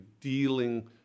dealing